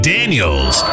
Daniels